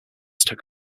took